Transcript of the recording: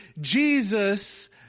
Jesus